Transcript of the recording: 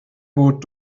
gut